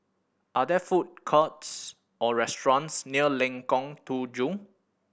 are there food courts or restaurants near Lengkong Tujuh